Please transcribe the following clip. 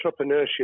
entrepreneurship